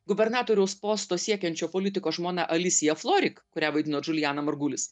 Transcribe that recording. gubernatoriaus posto siekiančio politiko žmona alisija florik kurią vaidino džulijana margulis